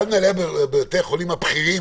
אחד ממנהלי בתי החולים הבכירים